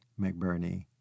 McBurney